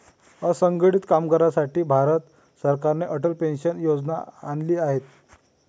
असंघटित कामगारांसाठी भारत सरकारने अटल पेन्शन योजना आणली आहे